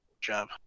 job